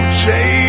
change